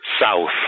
south